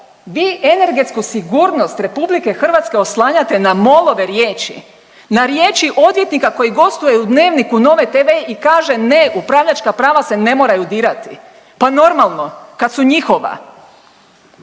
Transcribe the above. Vi energetsku sigurnost RH oslanjate na MOL-ove riječi? Na riječi odvjetnika koji gostuje u Dnevniku Nove TV i kaže ne, upravljačka prava se ne moraju dirati. Pa normalno, kad su njihova.